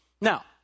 Now